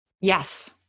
Yes